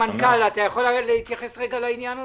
מנכ"ל משרד הבריאות, אתה יכול להתייחס לעניין הזה?